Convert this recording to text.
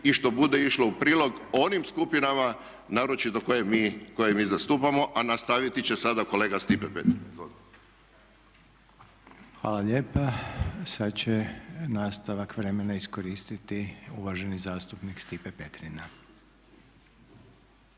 i što bude išlo u prilog onim skupinama naročito koje mi zastupamo, a nastaviti će sada kolega Stipe Petrina. Izvoli. **Reiner, Željko (HDZ)** Hvala lijepa. Sad će nastavak vremena iskoristiti uvaženi zastupnik Stipe Petrina.